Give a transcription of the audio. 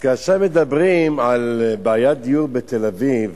כאשר מדברים על בעיית דיור בתל-אביב